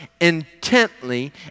intently